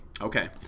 Okay